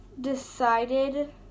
decided